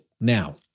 now